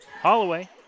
Holloway